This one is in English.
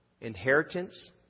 inheritance